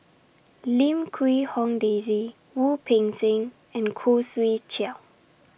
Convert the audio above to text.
Lim Quee Hong Daisy Wu Peng Seng and Khoo Swee Chiow